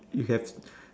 you have